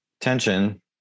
tension